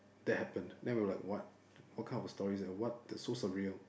that happened then we were like what what kind of a story is that what it's so surreal